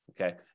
Okay